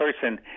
person